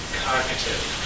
cognitive